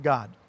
God